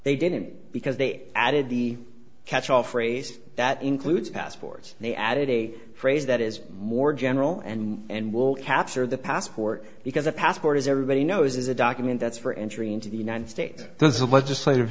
they didn't because they added the catch all phrase that includes passports they added a phrase that is more general and will capture the passport because a passport as everybody knows is a document that's for entry into the united states does the legislative